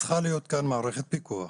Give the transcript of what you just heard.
צריכה להיות מערכת פיקוח